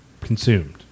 consumed